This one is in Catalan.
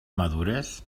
madures